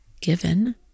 given